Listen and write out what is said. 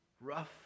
rough